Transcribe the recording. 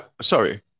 Sorry